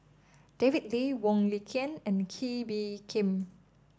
David Lee Wong Lin Ken and Kee Bee Khim